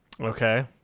Okay